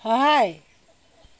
সহায়